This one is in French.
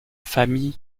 famille